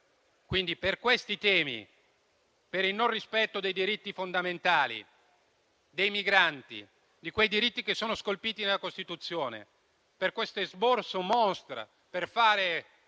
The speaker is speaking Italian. In conclusione, per il mancato rispetto dei diritti fondamentali dei migranti, di quei diritti che sono scolpiti nella Costituzione, per l'esborso *monstre* per fare